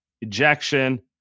ejection